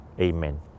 Amen